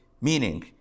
meaning